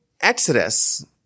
Exodus